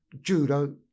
Judo